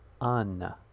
Un